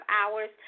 hours